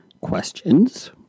questions